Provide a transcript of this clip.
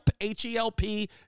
H-E-L-P